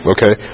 Okay